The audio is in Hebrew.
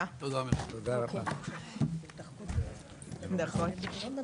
הישיבה ננעלה בשעה 10:22.